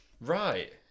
Right